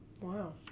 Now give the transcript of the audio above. Wow